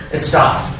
it stopped.